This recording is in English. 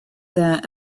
that